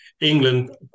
England